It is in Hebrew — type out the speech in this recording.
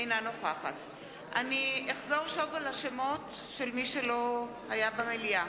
אינה נוכחת אחזור שוב על השמות של מי שלא היו במליאה.